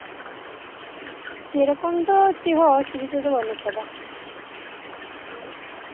ᱥᱮᱨᱚᱠᱚᱢ ᱫᱚ ᱪᱮᱫ ᱦᱚᱸ ᱚᱥᱩᱵᱤᱫᱷᱟ ᱫᱚ ᱵᱟᱱᱩᱜ ᱟᱠᱟᱫᱟ